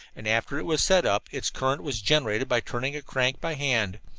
and after it was set up its current was generated by turning a crank by hand.